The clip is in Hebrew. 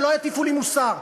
שלא יטיפו לי מוסר,